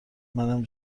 منم